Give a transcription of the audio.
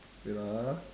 wait ah